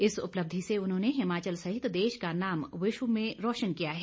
इस उपलब्धि से उन्होंने हिमाचल सहित देश का नाम विश्व में रोशन किया है